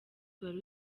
wari